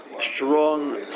strong